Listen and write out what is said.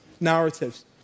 narratives